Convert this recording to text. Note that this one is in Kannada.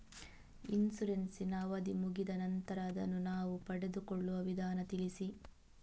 ಇನ್ಸೂರೆನ್ಸ್ ನ ಅವಧಿ ಮುಗಿದ ನಂತರ ಅದನ್ನು ನಾವು ಪಡೆದುಕೊಳ್ಳುವ ವಿಧಾನ ತಿಳಿಸಿ?